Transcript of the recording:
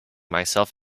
myself